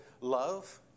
love